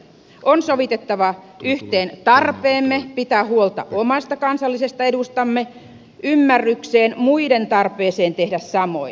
on sovitettava yhteen tarpeemme pitää huolta omasta kansallisesta edustamme ja ymmärrys muiden tarpeesta tehdä samoin